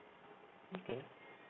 okay